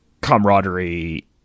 camaraderie